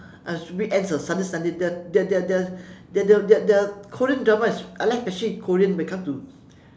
as weekends or saturday sunday their their their their their their their korean drama is I like especially korean when it come to